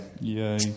Yay